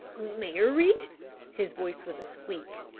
married? his voice was a squeak.